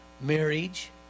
marriage